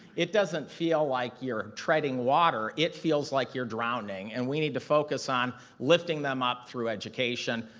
it doesn't feel like you're treading water, it feels like you're drowning and we need to focus on lifting them up through education,